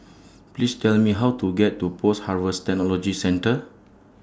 Please Tell Me How to get to Post Harvest Technology Centre